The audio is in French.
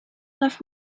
neuf